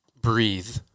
breathe